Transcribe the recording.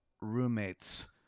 roommates